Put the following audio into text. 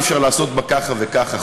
אי-אפשר לעשות בה ככה וככה,